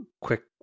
quick